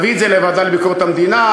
תביא את זה לוועדה לביקורת המדינה,